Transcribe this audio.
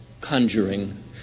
conjuring